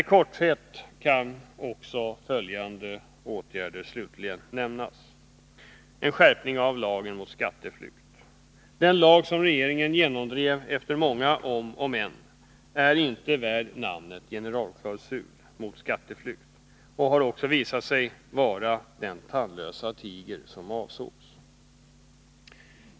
I korthet kan också följande åtgärder nämnas: En skärpning av lagen mot skatteflykt. Den lag som regeringen genomdrev efter många om och men är inte värd namnet generalklausul mot skatteflykt och har också visat sig vara den tandlösa tiger som avsågs.